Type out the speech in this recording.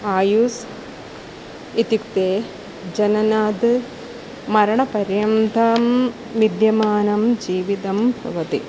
आयुस् इत्युक्ते जननात् मरणपर्यन्तं विद्यमानं जीवितं भवति